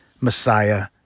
messiah